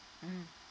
mm